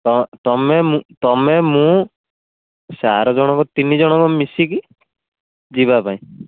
ତ ତମେ ତମେ ମୁଁ ସାର୍ ଜଣକ ତିନି ଜଣକ ମିଶିକି ଯିବା ପାଇଁ